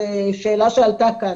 זו שאלה שעלתה כאן.